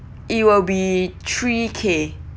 it will be three K